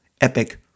epic